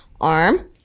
arm